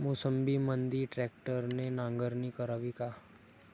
मोसंबीमंदी ट्रॅक्टरने नांगरणी करावी का?